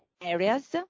areas